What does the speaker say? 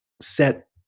set